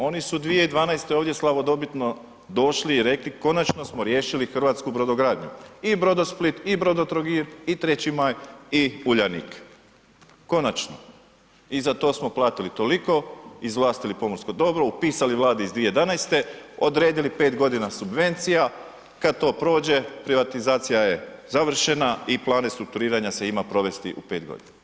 Oni su 2012. ovdje slavodobitno došli i rekli konačno smo riješili hrvatsku brodogradnju i Brodosplit i Brodotrogir i 3. maj i Uljanik, konačno i za to smo platili toliko, izvlastili pomorsko dobro, upisali vladi iz 2011., odredili 5 godina subvencija, kad to prođe privatizacija je završena i plan restrukturiranja se ima provesti u 5 godina.